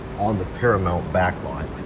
on the paramount back lot.